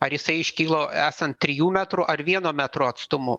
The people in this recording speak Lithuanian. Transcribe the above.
ar jisai iškilo esant trijų metrų ar vieno metro atstumu